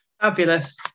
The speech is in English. fabulous